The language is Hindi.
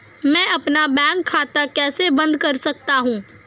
मैं अपना बैंक खाता कैसे बंद कर सकता हूँ?